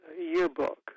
yearbook